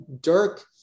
Dirk